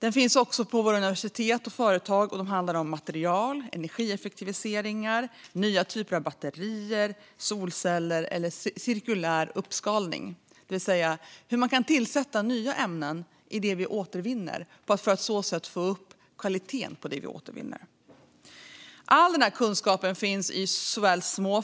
Den finns också på våra universitet och företag. Det handlar om material, energieffektiviseringar, nya typer av batterier, solceller eller cirkulär uppskalning, det vill säga hur man kan tillsätta nya ämnen i det vi återvinner för att på så sätt få upp kvaliteten på det vi återvinner. All denna kunskap finns i såväl små